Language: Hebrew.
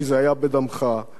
כי אהבת את החיים,